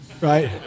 right